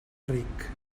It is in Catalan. ric